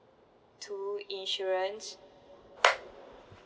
two insurance